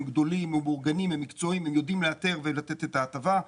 הם מאורגנים הם יודעים לאתר ולתת את ההטבה.